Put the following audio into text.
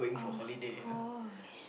of course